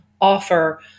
offer